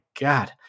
God